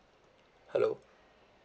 hello